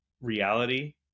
reality